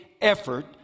effort